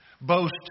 Boast